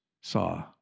saw